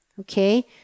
Okay